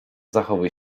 zachowuj